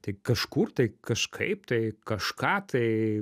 tai kažkur tai kažkaip tai kažką tai